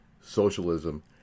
socialism